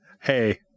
hey